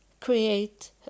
create